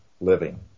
living